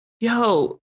yo